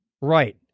Right